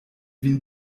vin